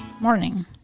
morning